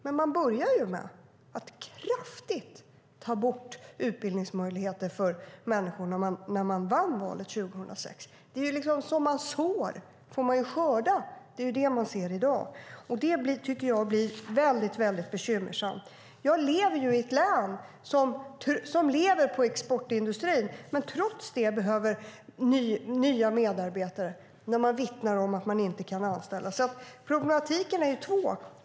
I stället började man med att kraftigt ta bort utbildningsmöjligheter när man vann valet 2006, och som man sår får man skörda. Det ser vi i dag, och det är väldigt bekymmersamt. Jag bor i ett län som lever på exportindustri, och man behöver nya medarbetare men vittnar om att man inte kan anställa. Det finns två delar av problemet.